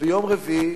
שביום רביעי